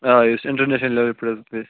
آ یُس اِنٹرنیشنل لیولہِ پیٹھ حظ گَژھِ